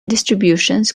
distributions